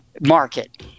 market